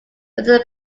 weather